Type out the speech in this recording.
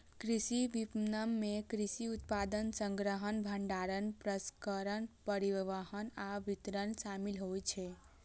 कृषि विपणन मे कृषि उत्पाद संग्रहण, भंडारण, प्रसंस्करण, परिवहन आ वितरण शामिल होइ छै